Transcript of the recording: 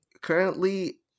currently